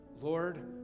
Lord